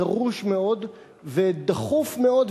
דרוש מאוד ודחוף מאוד,